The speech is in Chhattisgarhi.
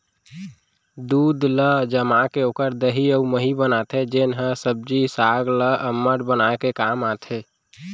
दूद ल जमाके ओकर दही अउ मही बनाथे जेन ह सब्जी साग ल अम्मठ बनाए के काम आथे